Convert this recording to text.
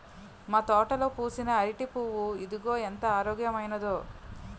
మా తోటలో పూసిన అరిటి పువ్వు ఇదిగో ఎంత ఆరోగ్యమైనదో